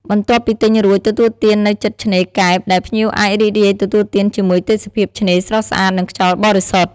បន្ទាប់ពីទិញរួចទទួលទាននៅជិតឆ្នេរកែបដែលភ្ញៀវអាចរីករាយទទួលទានជាមួយទេសភាពឆ្នេរស្រស់ស្អាត និងខ្យល់បរិសុទ្ធ។